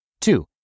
Two